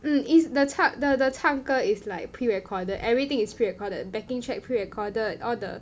mm is the cha~ the the 唱歌 is like pre-recorded everything is pre-recorded backing track pre-recorded all the